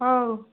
ହଉ